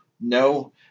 No